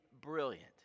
brilliant